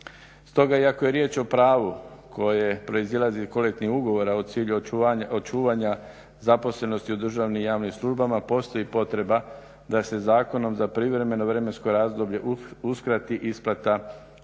Stoga iako je riječ o pravu koje proizilazi iz kolektivnih ugovora o cilju očuvanja zaposlenosti u državnim i javnim službama postoji potreba da se zakonom za privremeno vremensko razdoblje uskrati isplata tog